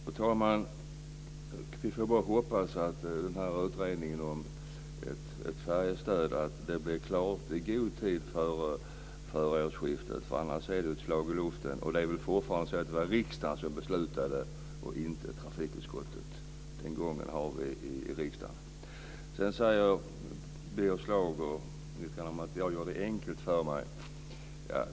Fru talman! Jag hoppas bara att utredningen om ett färjestöd blir klar i god tid före årsskiftet. Annars är det ett slag i luften. Det är fortfarande så att det var riksdagen som beslutade och inte trafikutskottet. Den arbetsgången har vi i riksdagen. Sedan säger Birger Schlaug att jag gör det enkelt för mig.